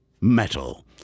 metal